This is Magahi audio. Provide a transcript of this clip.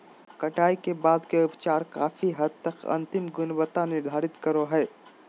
कटाई के बाद के उपचार काफी हद तक अंतिम गुणवत्ता निर्धारित करो हइ